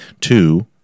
Two